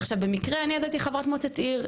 עכשיו במקרה הזה אני הייתי חברת מועצת עיר.